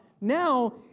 now